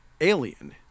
alien